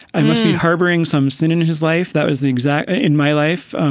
i must be harboring some sin in his life. that was the exact in my life.